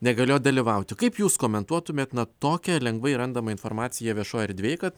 negalėjo dalyvauti kaip jūs komentuotumėt na tokią lengvai randamą informaciją viešoj erdvėj kad